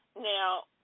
Now